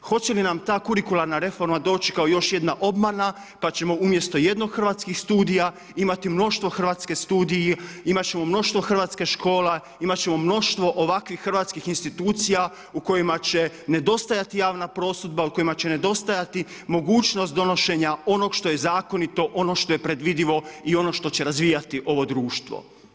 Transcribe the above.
Hoće li nam ta kurikularna reforma doći kao još jedna obmana, pa ćemo umjesto jednog hrvatskih studija, imati mnoštvo hrvatske studiji imat ćemo mnoštvo hrvatskih škola, imat ćemo mnoštvo ovakvih hrvatskih institucija u kojima će nedostajati javna prosudba, u kojima će nedostajati mogućnost donošenja onog što je zakonito, ono što je predvidivo i ono što će razvijati ovo društvo.